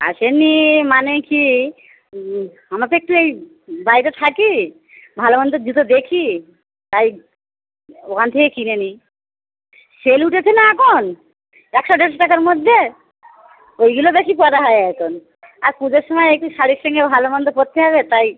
আসে নি মানে কী আমরা একটু এই বাইরে থাকি ভালো মন্দ জুতো দেখি তাই ওখান থেকে কিনে নিই সেল উঠেছে না একন একশো দেড়শো টাকার মধ্যে ওইগুলো বেশি পরা হয় একন আর পুজোর সমায় একটু শাড়ির সঙ্গে ভালো মন্দ পরতে হবে তাই